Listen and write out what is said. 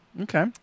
Okay